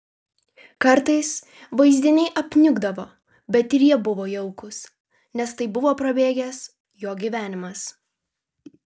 kartais vaizdiniai apniukdavo bet ir jie buvo jaukūs nes tai buvo prabėgęs jo gyvenimas